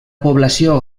població